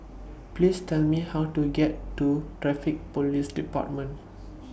Please Tell Me How to get to Traffic Police department